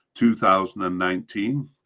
2019